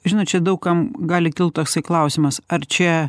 žinot čia daug kam gali kilt klausimas ar čia